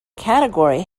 category